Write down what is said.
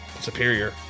superior